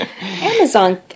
Amazon